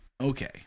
Okay